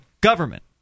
government